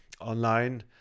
online